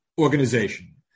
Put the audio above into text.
organization